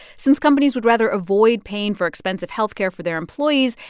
since companies would rather avoid paying for expensive health care for their employees,